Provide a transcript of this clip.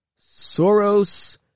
Soros